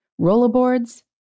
Rollerboards